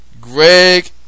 Greg